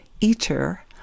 Eater